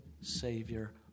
Savior